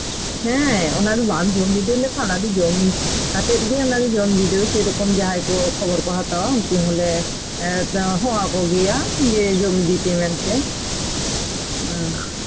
ᱦᱮᱸ ᱚᱱᱟ ᱫᱚ ᱵᱟᱢ ᱡᱚᱢ ᱵᱤᱰᱟᱹᱣ ᱞᱮᱠᱷᱟᱱ ᱚᱱᱟ ᱫᱚ ᱡᱚᱢ ᱠᱟᱛᱮᱫ ᱜᱮ ᱚᱱᱟ ᱫᱚ ᱡᱚᱢ ᱵᱤᱰᱟᱹᱣ ᱥᱮᱭᱨᱚᱠᱚᱢ ᱡᱟᱦᱟᱸᱭ ᱠᱚ ᱠᱷᱚᱵᱚᱨ ᱠᱚ ᱦᱟᱛᱟᱣᱟ ᱩᱱᱠᱩ ᱦᱚᱸᱞᱮ ᱦᱚᱦᱚ ᱟᱠᱚ ᱜᱮᱭᱟ ᱡᱮ ᱡᱚᱢ ᱤᱫᱤ ᱯᱮ ᱢᱮᱱᱛᱮ ᱚ